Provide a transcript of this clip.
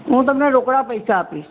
હું તમને રોકડા પૈસા આપીશ